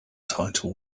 title